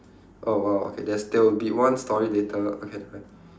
oh !wow! okay that's there will be one story later okay never mind